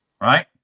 right